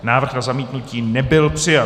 Návrh na zamítnutí nebyl přijat.